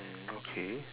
mm okay